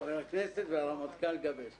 חבר הכנסת והרמטכ"ל גבי אשכנזי.